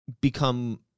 become